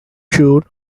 june